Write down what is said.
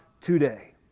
today